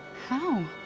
how?